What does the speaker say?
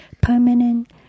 permanent